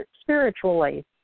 Spiritually